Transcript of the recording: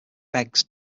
begs